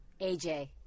AJ